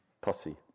posse